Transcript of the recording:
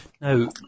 Now